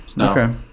Okay